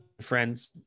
friends